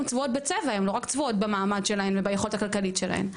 צבועות בצבע לא רק במעמד שלהן וביכולת הכלכלית שלהן.